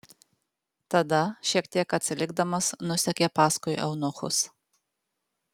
tada šiek tiek atsilikdamas nusekė paskui eunuchus